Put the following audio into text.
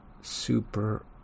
Super